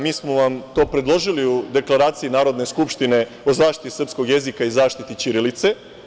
Mi smo vam to predložili u Deklaraciji Narodne skupštine o zaštiti srpskog jezika i zaštiti ćirilice.